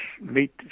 meet